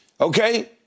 okay